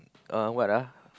uh what ah